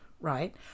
right